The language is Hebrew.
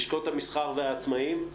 לשכות המסחר והעצמאיים.